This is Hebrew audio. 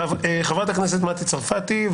חברת הכנסת מטי צרפתי.